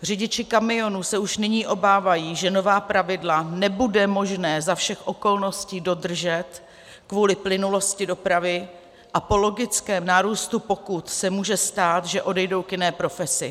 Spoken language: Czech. Řidiči kamionů se už nyní obávají, že nová pravidla nebude možné za všech okolností dodržet kvůli plynulosti dopravy, a po logickém nárůstu pokut se může stát, že odejdou k jiné profesi.